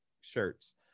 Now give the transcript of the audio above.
shirts